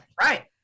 right